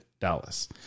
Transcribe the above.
Dallas